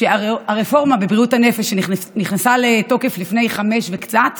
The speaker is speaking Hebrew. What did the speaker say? שהרפורמה בבריאות הנפש שנכנסה לתוקף לפני חמש שנים וקצת